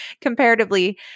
comparatively